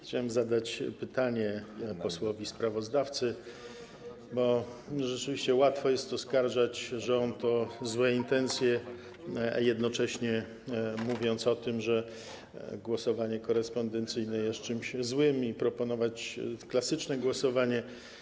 Chciałem zadać pytanie posłowi sprawozdawcy, bo rzeczywiście łatwo jest oskarżać rząd o złe intencje, jednocześnie mówiąc o tym, że głosowanie korespondencyjne jest czymś złym, i proponować klasyczne głosowanie.